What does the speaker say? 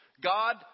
God